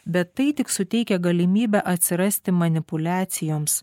bet tai tik suteikia galimybę atsirasti manipuliacijoms